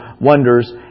wonders